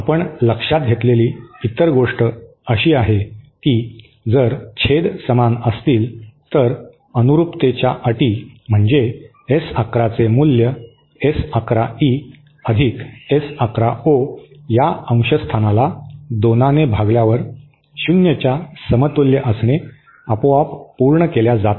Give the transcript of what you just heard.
आपण लक्षात घेतलेली इतर गोष्ट अशी आहे की जर छेद समान असतील तर अनुरूपतेच्या अटी म्हणजे S 11 चे मूल्य S 11 E अधिक S 11 ओ या अंशस्थानाला दोनाने भागल्यावर शून्य च्या समतुल्य असणे आपोआप पूर्ण केल्या जातात